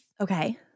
Okay